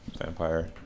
Vampire